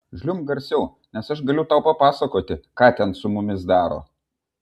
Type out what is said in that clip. žliumbk garsiau nes aš galiu tau papasakoti ką ten su mumis daro